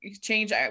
change